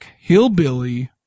hillbilly